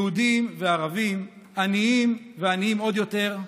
יהודים וערבים, עניים ועניים עוד יותר,